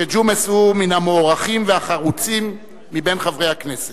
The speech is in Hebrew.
שג'ומס הוא מן המוערכים והחרוצים בחברי הכנסת.